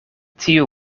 tiu